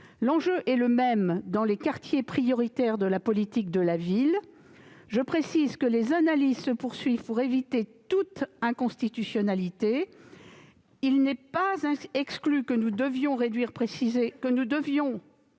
L'enjeu est le même dans les quartiers prioritaires de la politique de la ville. Je précise que les analyses se poursuivent pour éviter toute inconstitutionnalité. Il n'est pas exclu que nous devions préciser davantage